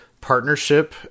partnership